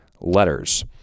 letters